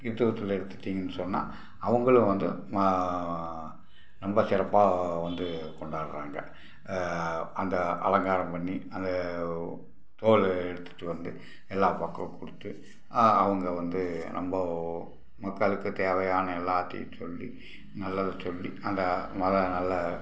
கிறிஸ்துவத்தில் எடுத்துகிட்டீங்கன்னு சொன்னால் அவங்களும் வந்து மா ரொம்ப சிறப்பாக வந்து கொண்டாடுறாங்க அந்த அலங்காரம் பண்ணி அந்த தோலை எடுத்துகிட்டு வந்து எல்லா பக்கம் கொடுத்து அவங்க வந்து ரொம்ப மக்களுக்கு தேவையான எல்லாத்தையும் சொல்லி நல்லது சொல்லி அந்த மத நல்ல